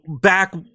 back